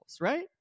right